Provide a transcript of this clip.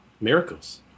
miracles